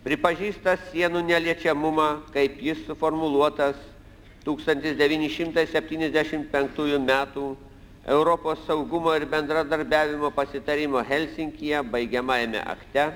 pripažįsta sienų neliečiamumą kaip jis suformuluotas tūkstantis devyni šimtai septyniasdešim penktųjų metų europos saugumo ir bendradarbiavimo pasitarimo helsinkyje baigiamajame akte